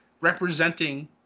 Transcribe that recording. representing